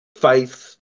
faith